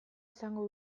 izango